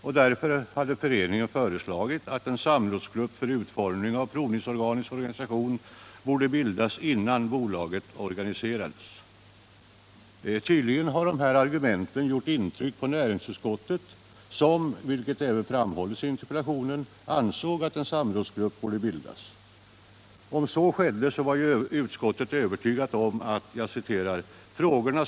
Föreningen hade därför föreslagit att ”en samrådsgrupp för utformning av provnings Tydligen har dessa argument gjort intryck på näringsutskottet som Måndagen den — vilket även framhålls i interpellationen — ansåg att en samrådsgrupp 14 november 1977 borde bildas. Om så skedde var utskottet övertygat om att ”frågorna.